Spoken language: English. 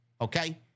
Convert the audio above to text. okay